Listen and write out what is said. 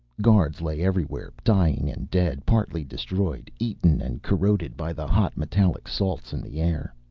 guards lay everywhere, dying and dead, partly destroyed, eaten and corroded by the hot metallic salts in the air.